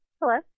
hello